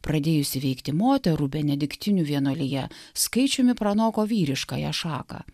pradėjusi veikti moterų benediktinių vienuolija skaičiumi pranoko vyriškąją šaką